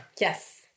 Yes